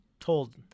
Told